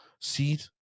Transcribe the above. seat